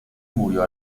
murió